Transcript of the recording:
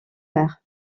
mer